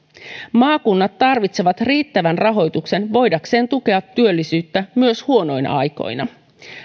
maakunnat tarvitsevat riittävän rahoituksen voidakseen tukea työllisyyttä myös huonoina aikoina